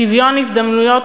שוויון הזדמנויות,